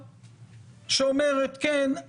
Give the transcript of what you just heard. שאומרת: כן,